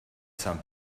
some